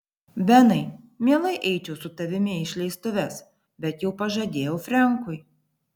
benai mielai eičiau su tavimi į išleistuves bet jau pažadėjau frenkui